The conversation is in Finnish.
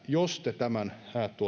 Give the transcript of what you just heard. jos te tämän